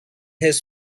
his